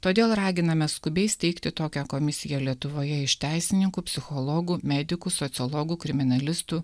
todėl raginame skubiai steigti tokią komisiją lietuvoje iš teisininkų psichologų medikų sociologų kriminalistų